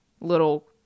little